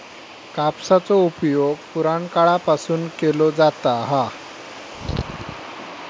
कापसाचो उपयोग पुराणकाळापासून केलो जाता हा